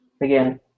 again